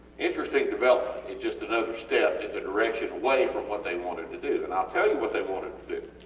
interesting development and just another step in the direction away from what they wanted to do and ill um tell you what they wanted to do